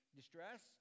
Distress